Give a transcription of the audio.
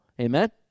Amen